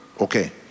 Okay